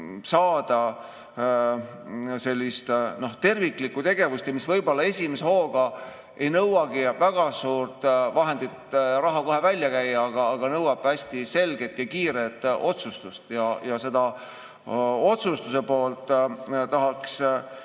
saada terviklikku tegevust, mis võib-olla esimese hooga ei nõuagi seda, et peab väga suuri vahendeid, raha kohe välja käima, aga nõuab hästi selget ja kiiret otsustust. Seda otsustuse poolt tahaks